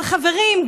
אבל חברים,